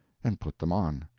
and put them on.